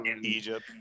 Egypt